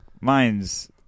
mine's